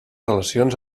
relacions